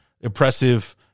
impressive